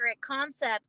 concept